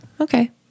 Okay